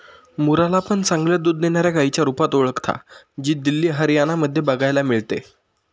मुर्रा ला पण चांगले दूध देणाऱ्या गाईच्या रुपात ओळखता, जी दिल्ली, हरियाणा मध्ये बघायला मिळते